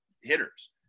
hitters